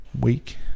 week